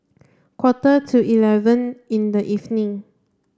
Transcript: quarter to eleven in the evening